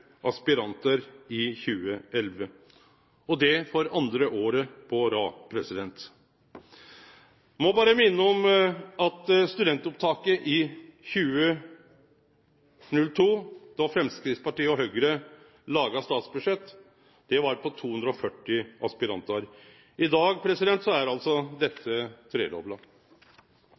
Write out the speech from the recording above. aspirantar i 2011 – og det for andre året på rad. Eg må berre minne om at studentopptaket i 2002 – da Framstegspartiet og Høgre laga statsbudsjett – var på 240 aspirantar. I dag er altså dette tredobla.